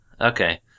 Okay